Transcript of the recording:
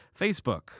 Facebook